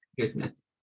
goodness